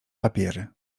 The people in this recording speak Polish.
papiery